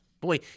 Boy